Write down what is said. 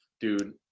dude